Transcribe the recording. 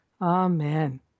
Amen